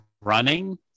running